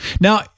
Now